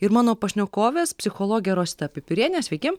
ir mano pašnekovės psichologė rosita pipirienė sveiki